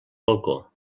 balcó